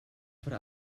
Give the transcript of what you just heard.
what